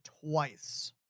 twice